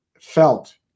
felt